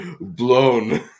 Blown